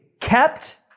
kept